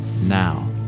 now